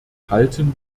halten